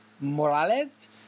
Morales